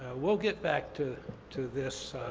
we'll get back to to this